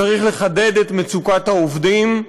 צריך לחדד את מצוקת העובדים,